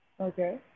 Okay